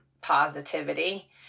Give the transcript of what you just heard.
positivity